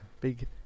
Big